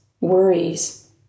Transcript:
worries